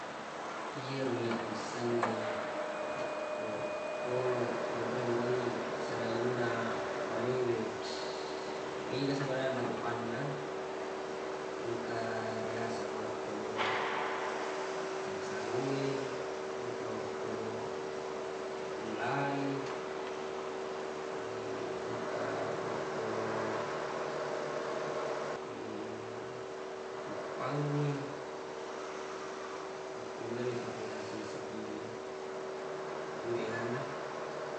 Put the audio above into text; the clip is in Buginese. Yero iyyaq wissengnge olokkoloq monro wei selainna bale we mega sa sebenarna rupanna engka riyaseng olokoloq tarisalo e engka olokoloq ula e engka olokoloq cuppangnge akko meloq iteppu tassiddi-siddi liweq eganna